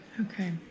Okay